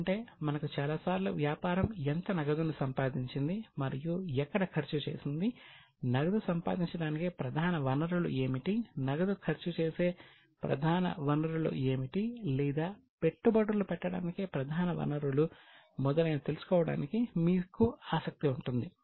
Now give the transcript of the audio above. ఎందుకంటే మనకు చాలా సార్లు వ్యాపారం ఎంత నగదును సంపాదించింది మరియు ఎక్కడ ఖర్చు చేసింది నగదు సంపాదించడానికి ప్రధాన వనరులు ఏమిటి నగదు ఖర్చు చేసే ప్రధాన వనరులు ఏమిటి లేదా పెట్టుబడులు పెట్టడానికి ప్రధాన వనరులు మొదలైనవి తెలుసుకోవటానికి మీకు ఆసక్తి ఉంటుంది